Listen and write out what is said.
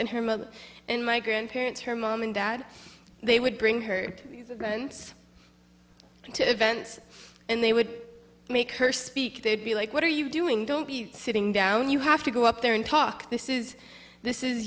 and her mother and my grandparents her mom and dad they would bring her to events and they would make her speak they'd be like what are you doing don't be sitting down you have to go up there and talk this is this is